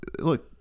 look